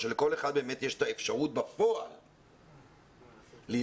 אבל שלכל אחד באמת יש את האפשרות בפועל ללמוד.